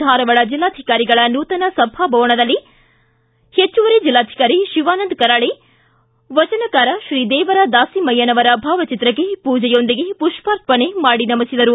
ಧಾರವಾಡ ಜಿಲ್ಲಾಧಿಕಾರಿಗಳ ನೂತನ ಸಭಾಭವನದಲ್ಲಿ ಹೆಚ್ಚವರಿ ಜಿಲ್ಲಾಧಿಕಾರಿ ಶಿವಾನಂದ ಕರಾಳೆ ಆದ್ದ ವಚನಕಾರ ಶ್ರೀ ದೇವರ ದಾಸಿಮಯ್ಯನವರ ಭಾವಚಿತ್ರಕ್ಕೆ ಪೂಜೆಯೊಂದಿಗೆ ಪುಷ್ಪಾರ್ಪಣೆ ಮಾಡಿ ನಮಿಸಿದರು